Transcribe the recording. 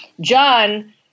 John